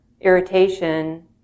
irritation